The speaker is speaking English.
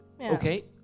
Okay